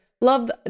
Love